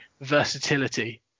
versatility